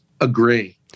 agree